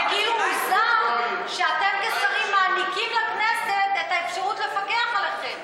זה כאילו מוזר שאתם כשרים מעניקים לכנסת את האפשרות לפקח עליכם.